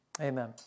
Amen